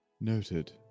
Noted